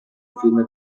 پدرخوانده